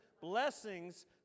blessings